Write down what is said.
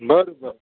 बरं बरं